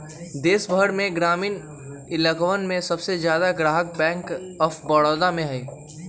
देश भर में ग्रामीण इलकवन के सबसे ज्यादा ग्राहक बैंक आफ बडौदा में हई